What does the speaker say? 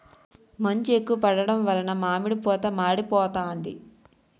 మంచు ఎక్కువ పడడం వలన మామిడి పూత మాడిపోతాంది